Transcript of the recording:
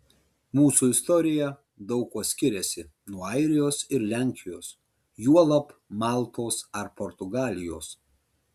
mūsų istorija daug kuo skiriasi nuo airijos ir lenkijos juolab maltos ar portugalijos